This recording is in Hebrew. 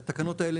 התקנות האלה,